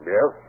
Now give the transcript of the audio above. Yes